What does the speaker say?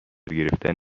گرفتن